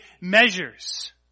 measures